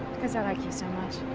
because l like you so much.